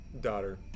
Daughter